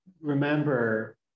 remember